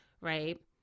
right